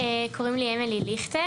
אמילי, בבקשה.